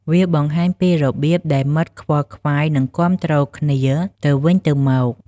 វាបង្ហាញពីរបៀបដែលមិត្តខ្វល់ខ្វាយ និងគាំទ្រគ្នាទៅវិញទៅមក។